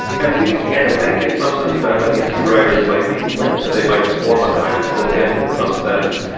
and we began to think in some sense about how these two writers might be linked. they might form a kind of bookend in some sense.